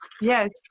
yes